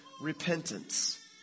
repentance